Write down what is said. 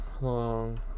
long